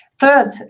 Third